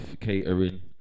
catering